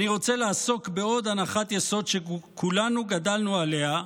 אני רוצה לעסוק בעוד הנחת יסוד שכולנו גדלנו עליה,